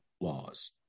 laws